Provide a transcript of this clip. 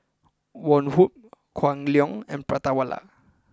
Woh Hup Kwan Loong and Prata Wala